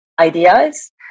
ideas